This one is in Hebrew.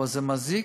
אבל זה מזיק